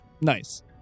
Nice